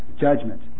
judgment